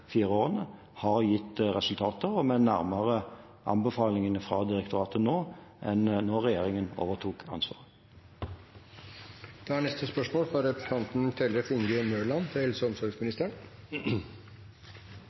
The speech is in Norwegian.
fire årene har gitt resultater, og vi er nærmere anbefalingene fra direktoratet nå enn da regjeringen overtok ansvaret. Jeg tillater meg å stille følgende spørsmål: «I regjeringens forslag til